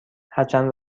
هرچند